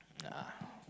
nah